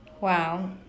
wow